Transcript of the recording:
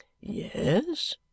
Yes